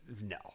No